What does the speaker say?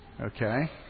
Okay